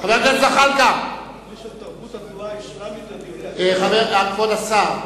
אתה מעל לחוק.